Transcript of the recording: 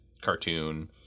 cartoon